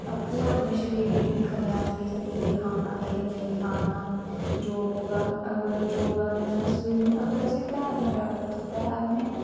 आपूं गै अपने शरीर गी दिक्खा न अस के अस केह् खाना केह् खाना केह् नेईं खाना योगा अगर योगा नेईं करना अगर स्वी अगर असेंगी तैरना शैल लगदा अस तैरने